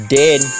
dead